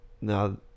now